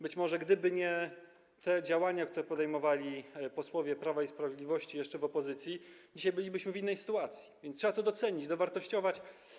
Być może gdyby nie te działania, które podejmowali posłowie Prawa i Sprawiedliwości jeszcze w opozycji, dzisiaj bylibyśmy w innej sytuacji, więc trzeba to docenić, dowartościować.